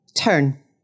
turn